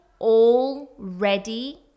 already